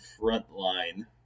Frontline